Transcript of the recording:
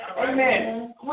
Amen